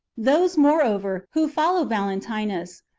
those, moreover, who follow valentinus,